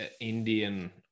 Indian